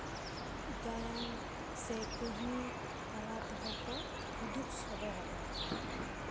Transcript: ᱜᱟᱭᱟᱱ ᱥᱮ ᱠᱟᱹᱦᱱᱤ ᱛᱟᱞᱟ ᱛᱮᱦᱚᱸ ᱠᱚ ᱩᱫᱩᱜ ᱥᱚᱫᱚᱨ ᱟᱵᱚᱱ ᱠᱟᱱᱟ